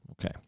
Okay